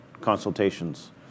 consultations